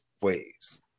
ways